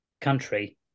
country